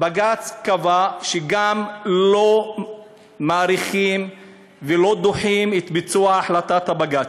בג"ץ קבע שגם לא מאריכים ולא דוחים את ביצוע החלטת הבג"ץ.